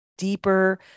deeper